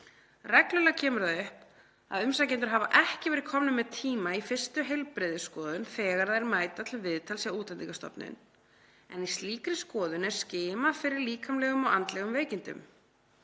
Reglulega kemur það upp að umsækjendur hafa ekki verið komnir með tíma í fyrstu heilbrigðisskoðun þegar þeir mæta til viðtals hjá Útlendingastofnun en í slíkri skoðun er skimað fyrir líkamlegum og andlegum veikindum.